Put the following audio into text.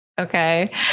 Okay